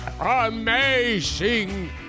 amazing